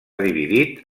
dividit